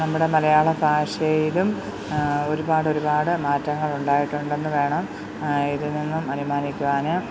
നമ്മുടെ മലയാളഭാഷയിലും ഒരുപാടൊരുപാട് മാറ്റങ്ങളുണ്ടായിട്ടുണ്ടെന്നതാണ് ഇതിൽനിന്നും അനുമാനിക്കുവാനും